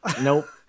Nope